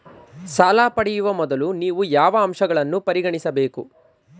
ಸಾಲ ಪಡೆಯುವ ಮೊದಲು ನೀವು ಯಾವ ಅಂಶಗಳನ್ನು ಪರಿಗಣಿಸಬೇಕು?